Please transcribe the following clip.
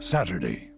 Saturday